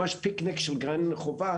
ממש פיקניק של גן חובה,